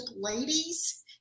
ladies